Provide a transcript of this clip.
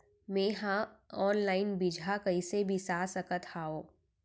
मे हा अनलाइन बीजहा कईसे बीसा सकत हाव